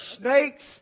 snakes